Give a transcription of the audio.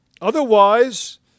Otherwise